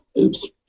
Oops